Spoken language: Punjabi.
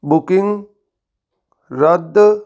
ਬੁਕਿੰਗ ਰੱਦ